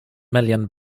million